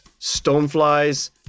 stoneflies